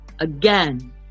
again